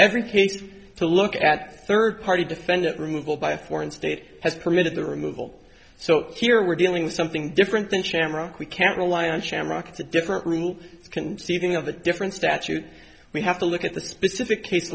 every case to look at third party defendant removal by a foreign state has permitted the removal so here we're dealing with something different than shamrock we can't rely on shamrock it's a different rule conceiving of the different statute we have to look at the specific case